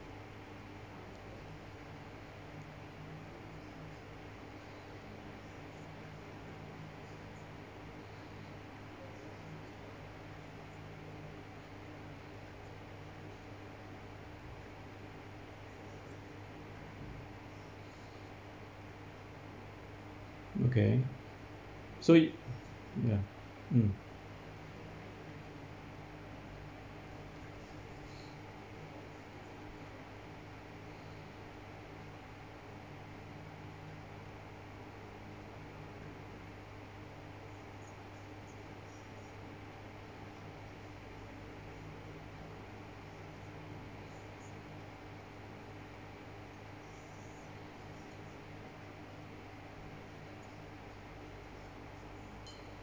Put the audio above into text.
okay so you ya mm